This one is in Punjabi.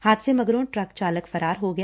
ਹਾਦਸੇ ਮਗਰੋ' ਟਰੱਕ ਚਾਲਕ ਫਰਾਰ ਹੱ ਗਿਆ